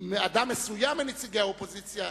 אדם מסוים מנציגי האופוזיציה: